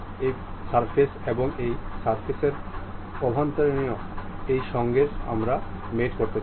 এটি এক্সপ্লোর করা হয় আপনি এই অ্যানিমেশনটি সুন্দরভাবে দেখতে পারেন